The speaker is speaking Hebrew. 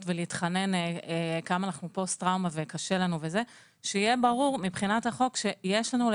ולהתחנן ולומר כמה קשה לנו כי אנחנו בפוסט טראומה.